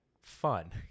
fun